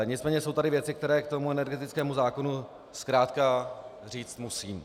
Nicméně jsou tady věci, které k tomu energetickému zákonu zkrátka říct musím.